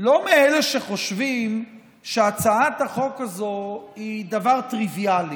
לא מאלה שחושבים שהצעת החוק הזו היא דבר טריוויאלי,